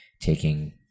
taking